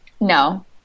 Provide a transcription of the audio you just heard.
No